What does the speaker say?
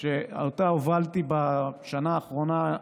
שאותה הובלתי בשנה האחרונה.